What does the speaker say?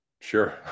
Sure